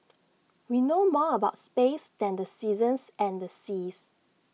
we know more about space than the seasons and the seas